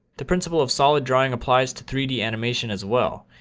the principle of solid drawing applies to three d animation as well.